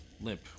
limp